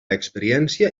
experiència